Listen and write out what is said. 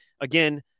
again